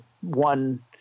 one